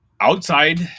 outside